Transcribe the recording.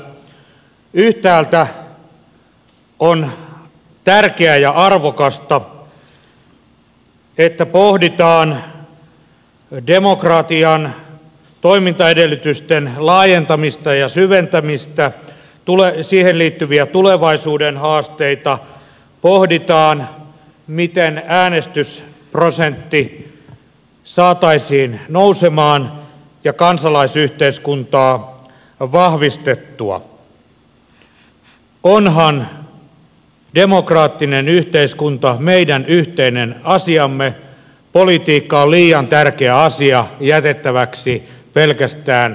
yhtäältä on tärkeää ja arvokasta että pohditaan demokratian toimintaedellytysten laajentamista ja syventämistä siihen liittyviä tulevaisuuden haasteita pohditaan miten äänestysprosentti saataisiin nousemaan ja kansalaisyhteiskuntaa vahvistettua onhan demokraattinen yhteiskunta meidän yhteinen asiamme politiikka on liian tärkeä asia jätettäväksi pelkästään poliitikkojen käsiin